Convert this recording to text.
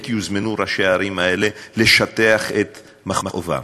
יוזמנו ראשי הערים האלה לשטח את מכאובם.